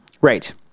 Right